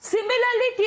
Similarly